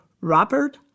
Robert